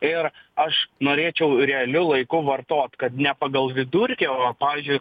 ir aš norėčiau realiu laiku vartot kad ne pagal vidurkį o pavyzdžiui